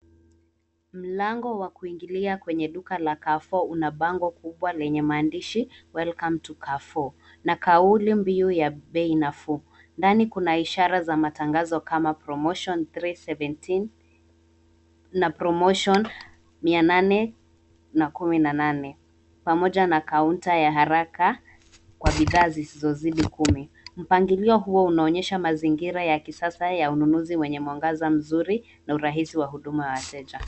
Mlango wa kuingilia kwenye duka la carrefour una bango kubwa lenye maandishi Welcome to Carrefour, na kaulimbiu ya bei nafuu. Ndani kuna ishara za matangazo kama promotion 317 na promotion mia nane na kumi na nane. Pamoja na kaunta ya haraka kwa bidhaa zisizozidi kumi. Mpangilio huo unaonyesha mazingira ya kisasa ya ununuzi mwenye mwangaza mzuri na urahisu wa huduma ya wateja.